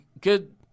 good